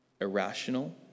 irrational